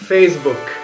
Facebook